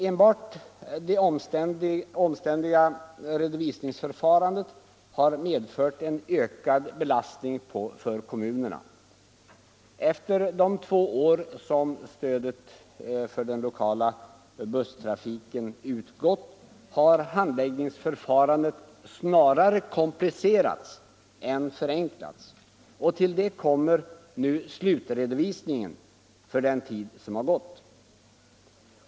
Enbart det omständliga redovisningsförfarandet har medfört en ökad belastning för kommunerna. Efter de två år som stödet till den lokala busstrafiken utgått har handläggningsförfarandet snarare komplicerats än förenklats. Till detta kommer slutredovisningen för den tid som har gått.